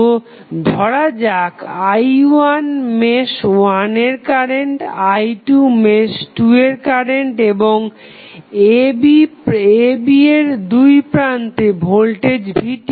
তো ধরা যাক i1 মেশ 1 এর কারেন্ট i2 মেশ 2 এর কারেন্ট এবং a b এর দুইপ্রান্তে ভোল্টেজ VTh